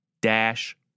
dash